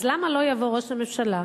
אז למה לא יבוא ראש הממשלה